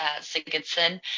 Sigurdsson